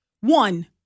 one